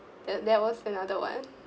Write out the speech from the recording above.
that that was another one